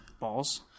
balls